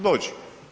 Dođi.